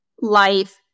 life